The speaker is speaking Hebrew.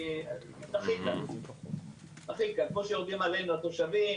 אני --- כמו ש"יורדים" עלינו התושבים,